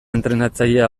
entrenatzailea